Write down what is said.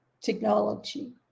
technology